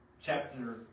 chapter